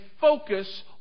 focus